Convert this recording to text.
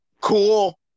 Cool